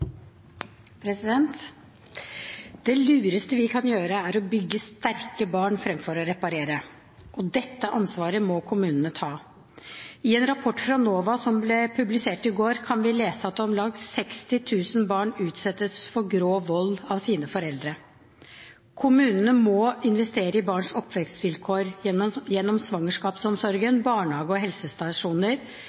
til. Det lureste vi kan gjøre, er å bygge sterke barn fremfor å reparere, og dette ansvaret må kommunene ta. I en rapport fra NOVA som ble publisert i går, kan vi lese at om lag 60 000 barn utsettes for grov vold av sine foreldre. Kommunene må investere i barns oppvekstvilkår gjennom svangerskapsomsorgen, barnehage og helsestasjoner